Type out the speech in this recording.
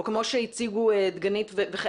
או כמו שהציגו דגנית וחן.